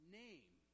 name